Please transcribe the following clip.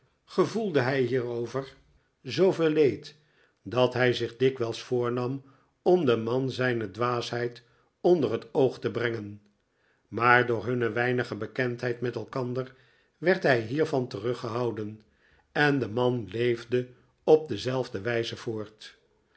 gevoelde hij hierover zoovcel leed dat hij zich dikwijls voornam om den man zijne dwaasheid onder het oog te brengen maar door hunne weinige bekendheid met elkander werd hij bier van teruggehouden en de man leefde op dezelfde wijze voort